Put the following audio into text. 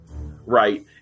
right